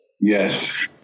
Yes